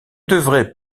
devraient